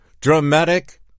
Dramatic